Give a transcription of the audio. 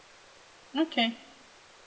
okay